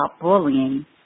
bullying